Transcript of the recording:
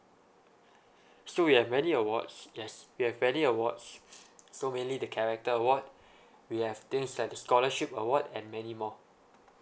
so we have many awards yes we have many awards so mainly the character award we have things like the scholarship award and many more